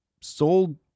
sold